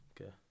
Okay